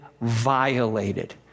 violated